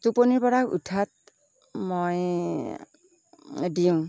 টোপনিৰ পৰা উঠাত মই দিওঁ